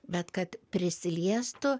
bet kad prisiliestų